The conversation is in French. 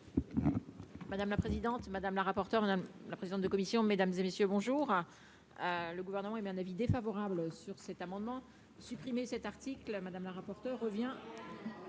Madame la présidente, madame la rapporteure, madame la présidente de commission, mesdames et messieurs, bonjour le Gouvernement émet un avis défavorable sur cet amendement supprimé cet article Madame la rapporteure revient